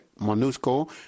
MONUSCO